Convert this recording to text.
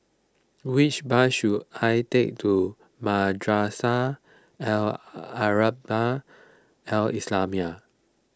which bus should I take to Madrasah Al Arabiah Al Islamiah